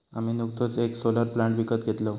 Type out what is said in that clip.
आम्ही नुकतोच येक सोलर प्लांट विकत घेतलव